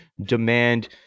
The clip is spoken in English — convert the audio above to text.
demand